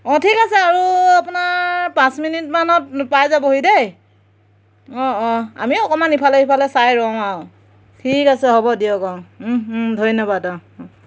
অঁ ঠিক আছে আৰু আপোনাৰ পাঁচ মিনিটমানত পাই যাবহি দেই অঁ অঁ আমিও অকণমান ইফালে সিফালে চাই ৰওঁ আৰু ঠিক আছে হ'ব দিয়ক অঁ ধন্যবাদ অঁ